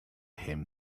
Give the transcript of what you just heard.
him